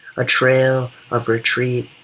a trail of retreat,